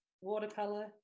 watercolor